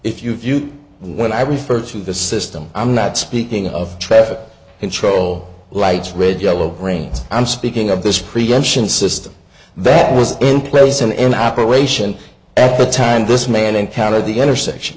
to if you view when i refer to the system i'm not speaking of traffic control lights red yellow brains i'm speaking of this prevention system that was in place and in operation at the time this man encountered the intersection